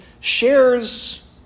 shares